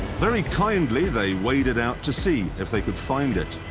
very kindly they waded out to see if they could find it.